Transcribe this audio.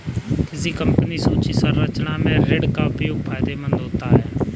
किसी कंपनी की पूंजी संरचना में ऋण का उपयोग फायदेमंद होता है